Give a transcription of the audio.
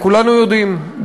כולנו יודעים,